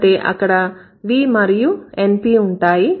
అంటే అక్కడ V మరియు NP ఉంటాయి